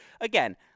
again